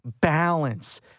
balance